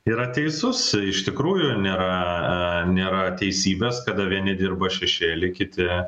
yra teisus iš tikrųjų nėra nėra teisybės kada vieni dirba šešėly kiti